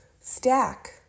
stack